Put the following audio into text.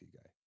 guy